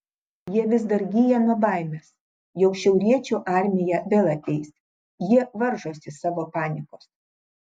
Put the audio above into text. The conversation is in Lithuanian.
jie vis dar gyja nuo baimės jog šiauriečių armija vėl ateis jie varžosi savo panikos